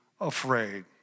afraid